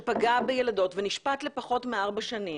שפגע בילדות ונשפט לפחות מארבע שנים,